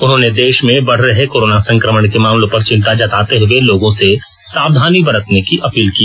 उन्होंने देश में बढ़ रहे कोरोना संक्रमण के मामलों पर चिंता जताते हुए लोगों से सावधानी बरतने की अपील की